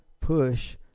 push